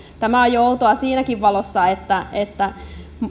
tämä on outoa jo siinäkin valossa että että